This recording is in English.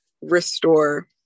restore